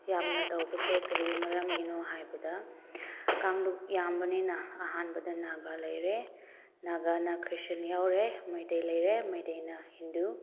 ꯌꯥꯝꯅ ꯇꯧꯕꯁꯦ ꯀꯔꯤ ꯃꯔꯝꯒꯤꯅꯣ ꯍꯥꯏꯕꯗ ꯀꯥꯡꯂꯨꯞ ꯌꯥꯝꯕꯅꯤꯅ ꯑꯍꯥꯟꯕꯗ ꯅꯥꯒꯥ ꯂꯩꯔꯦ ꯅꯥꯒꯥꯅ ꯈ꯭ꯔꯤꯁꯇꯦꯟ ꯌꯥꯎꯔꯦ ꯃꯩꯇꯩ ꯂꯩꯔꯦ ꯃꯩꯇꯩꯅ ꯍꯤꯟꯗꯨ